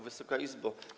Wysoka Izbo!